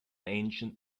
ancient